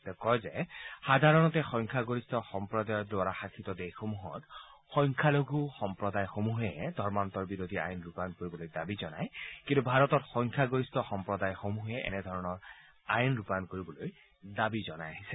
তেওঁ কয় যে সাধাৰণতে সংখ্যা গৰিষ্ঠ সম্প্ৰদায়ৰ দ্বাৰা শাসিত দেশসমূহত সংখ্যালঘু সম্প্ৰদায়সমূহেহে ধৰ্মান্তৰ বিৰোধী আইন ৰূপায়ণ কৰিবলৈ দাবী জনায় কিন্তু ভাৰতত সংখ্যা গৰিষ্ঠ সম্প্ৰদায়সমূহে এনে ধৰণৰ আইন ৰূপায়ণ কৰিবলৈ দাবী জনাই আহিছে